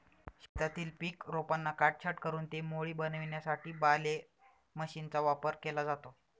शेतातील पीक रोपांना काटछाट करून ते मोळी बनविण्यासाठी बालेर मशीनचा वापर केला जातो